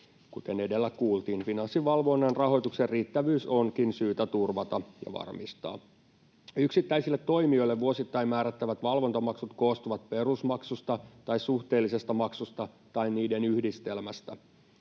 Kuten edellä kuultiin, Finanssivalvonnan rahoituksen riittävyys onkin syytä turvata ja varmistaa. Yksittäisille toimijoille vuosittain määrättävät valvontamaksut koostuvat perusmaksusta tai suhteellisesta maksusta tai niiden yhdistelmästä.